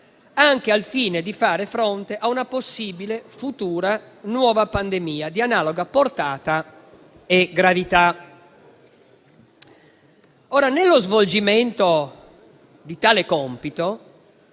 anche al fine di fare fronte a una possibile futura nuova pandemia di analoga portata e gravità. Nello svolgimento di tale compito,